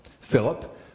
Philip